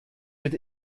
wird